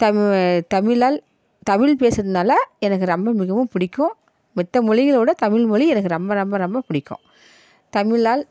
தமிழால் தமிழ் பேசுகிறதுனால எனக்கு ரொம்ப மிகவும் பிடிக்கும் மத்த மொழிகளை விட தமிழ் மொழி எனக்கு ரொம்ப ரொம்ப ரொம்ப பிடிக்கும் தமிழால்